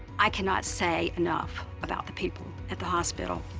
i cannot say enough about the people at the hospital.